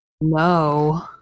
no